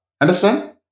understand